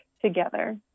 together